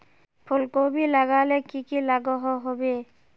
फूलकोबी लगाले की की लागोहो होबे?